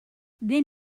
then